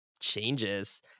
changes